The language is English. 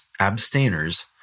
abstainers